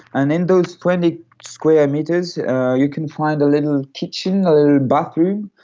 and in those twenty square metres you can find a little kitchen, a little bathroom,